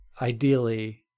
ideally